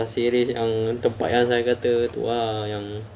pasir ris yang tempat yang safian kata tu ah yang